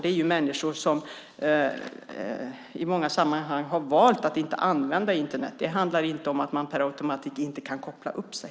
Det gäller alltså människor som i många sammanhang har valt att inte använda Internet. Det handlar inte om att man inte per automatik kan koppla upp sig.